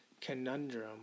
conundrum